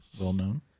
Well-known